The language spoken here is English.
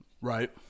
Right